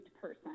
person